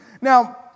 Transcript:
Now